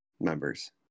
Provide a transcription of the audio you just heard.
members